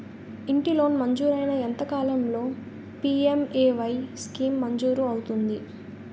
ఇంటి లోన్ మంజూరైన ఎంత కాలంలో పి.ఎం.ఎ.వై స్కీమ్ మంజూరు అవుతుంది?